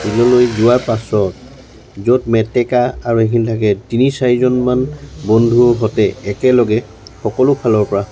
বিললৈ যোৱাৰ পাছত য'ত মেটেকা আৰু এইখিনি থাকে তিনি চাৰিজনমান বন্ধুৰ সৈতে একেলগে সকলো ফালৰ পৰা